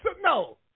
no